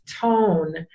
tone